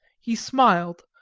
he smiled,